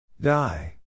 Die